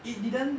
it didn't